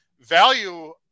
Value